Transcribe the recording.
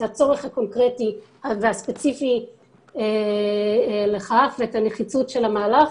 הצורך הקונקרטי והספציפי לכך ואת הנחיצות של המהלך,